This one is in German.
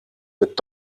mit